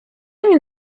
він